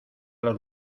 los